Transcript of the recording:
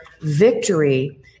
Victory